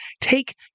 take